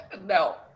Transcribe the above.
No